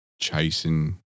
chasing